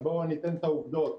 אז אני אתן את העובדות.